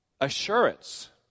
assurance